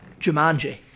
Jumanji